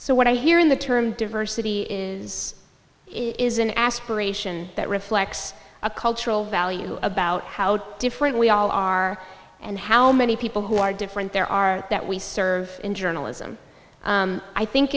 so what i hear in the term diversity is an aspiration that reflects a cultural value about how different we all are and how many people who are different there are that we serve in journalism i think